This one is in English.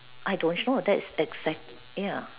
I don't show that's exact ya